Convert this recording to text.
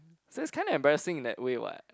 so it's kind of embarrassing in that way what